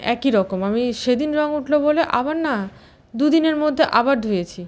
একই রকম আমি সেদিন রং উঠল বলে আবার না দু দিনের মধ্যে আবার ধুয়েছি